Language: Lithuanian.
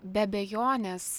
be abejonės